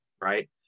right